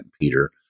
Peter